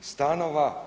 stanova.